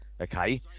okay